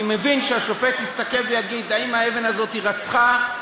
אני מבין שהשופט יסתכל ויגיד: אם האבן הזאת רצחה,